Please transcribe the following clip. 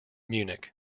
munich